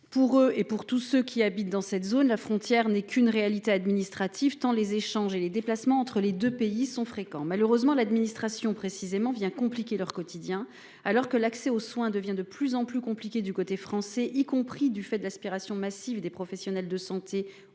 Pour eux et pour tous ceux qui habitent dans cette zone. La frontière n'est qu'une réalité administrative tant les échanges et les déplacements entre les 2 pays sont fréquents, malheureusement l'administration précisément vient compliquer leur quotidien alors que l'accès aux soins devient de plus en plus compliqué. Du côté français, y compris du fait de l'aspiration massive des professionnels de santé au